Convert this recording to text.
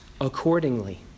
accordingly